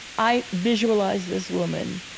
i visualize this woman.